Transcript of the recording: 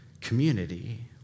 community